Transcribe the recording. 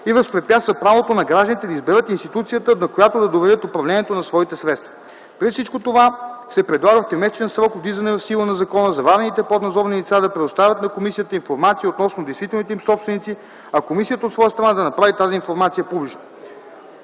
и възпрепятства правото на гражданите да изберат институцията, на която да доверят управлението на своите средства. Предвид всичко това, се предлага в тримесечен срок от влизане в сила на закона заварените поднадзорни лица да предоставят на комисията информация относно действителните им собственици, а комисията от своя страна да направи тази информация публична.